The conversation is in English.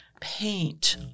paint